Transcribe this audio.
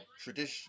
Tradition